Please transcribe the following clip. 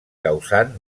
causant